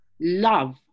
love